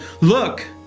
Look